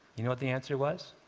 you know what the answer was?